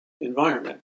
environment